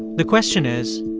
the question is,